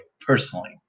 personally